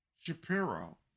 Shapiro